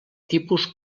tipus